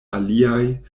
aliaj